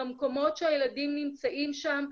במקומות שהילדים נמצאים שם,